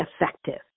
effective